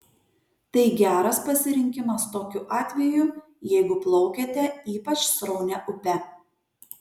tai geras pasirinkimas tokiu atveju jeigu plaukiate ypač sraunia upe